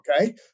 Okay